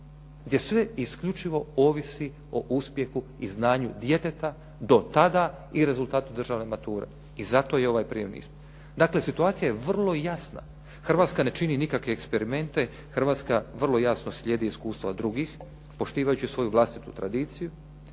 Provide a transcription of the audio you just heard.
gdje sve isključivo ovisi o uspjehu i znanju djeteta do tada i rezultatu državne mature. I zato je ovaj prijemni ispit. Dakle situacija je vrlo jasna. Hrvatska ne čini nikakve eksperimente, Hrvatska vrlo jasno slijedi iskustva drugih, poštivajući svoju vlastitu tradiciju.